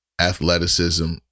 athleticism